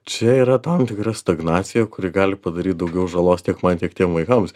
čia yra tam tikra stagnacija kuri gali padaryt daugiau žalos tiek man tiek tiem vaikams